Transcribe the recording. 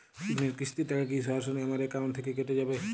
ঋণের কিস্তির টাকা কি সরাসরি আমার অ্যাকাউন্ট থেকে কেটে যাবে?